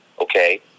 Okay